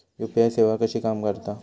UPI सेवा कशी काम करता?